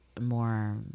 more